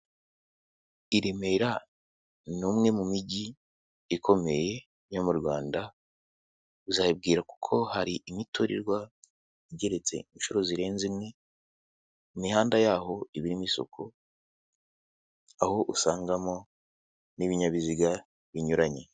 I Remera ni umwe mu Mijyi ikomeye yo mu Rwanda, uzabibwirwa uko hari imiturirwa igeretse inshuro zirenze imwe, imihanda yaho iba irimo isuku, aho usangamo n'ibinyabiziga binyuranye.